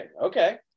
Okay